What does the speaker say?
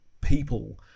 people